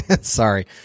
Sorry